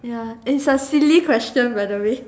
ya it's a silly question by the way